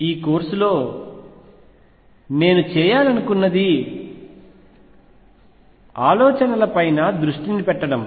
ఈ కోర్సులో నేను చేయాలనుకున్నది ఆలోచనలపైన దృష్టి పెట్టడం